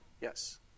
Yes